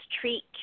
treat